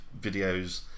videos